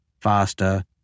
faster